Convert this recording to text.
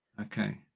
okay